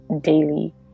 daily